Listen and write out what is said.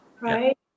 right